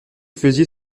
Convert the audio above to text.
faisiez